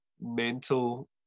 mental